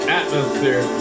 atmosphere